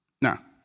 Now